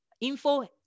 info